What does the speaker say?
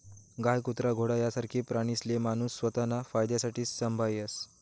गाय, कुत्रा, घोडा यासारखा प्राणीसले माणूस स्वताना फायदासाठे संभायस